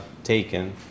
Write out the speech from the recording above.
taken